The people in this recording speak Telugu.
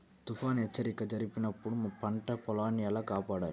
తుఫాను హెచ్చరిక జరిపినప్పుడు పంట పొలాన్ని ఎలా కాపాడాలి?